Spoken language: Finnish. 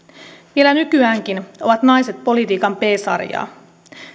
vielä nykyäänkin ovat naiset politiikan b sarjaa